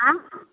आँ